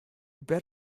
bet